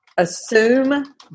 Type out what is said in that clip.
Assume